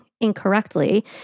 incorrectly